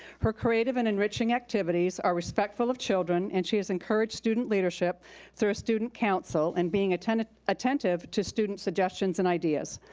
her creative and enriching activities are respectful of children, and she has encouraged student leadership through student council and being attentive attentive to students' suggestions and ideas.